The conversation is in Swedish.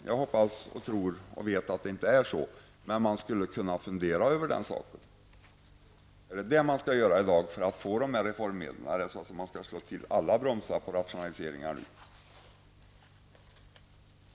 Jag hoppas och tror -- eller vet -- att det inte är så, men man skulle kunna fundera över detta. Är det detta man i dag skall göra för att få reformmedel? Skall man nu slå till alla bromsar för rationaliseringar?